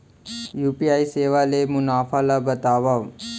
UPI सेवा के मुनाफा ल बतावव?